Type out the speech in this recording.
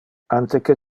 ante